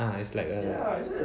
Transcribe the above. ah it's like a